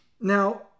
Now